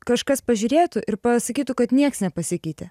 kažkas pažiūrėtų ir pasakytų kad nieks nepasikeitė